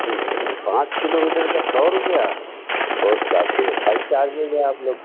पाँच किलोमीटर का सौ रुपया बहुत काफ़ी है भाई चार्जेस आप लोग के